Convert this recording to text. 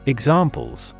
Examples